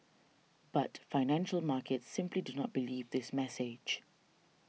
but financial markets simply do not believe this message